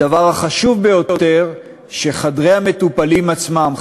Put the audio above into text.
הדבר החשוב ביותר הוא שחדרי המטופלים עצמם,